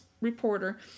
reporter